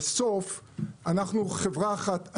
בסוף אנחנו חברה אחת,